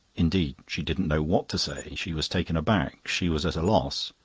indeed, she didn't know what to say she was taken aback, she was at a loss.